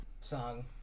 song